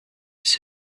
his